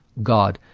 god.